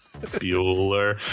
Bueller